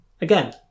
Again